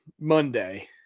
Monday